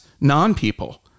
non-people